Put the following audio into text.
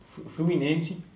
Fluminense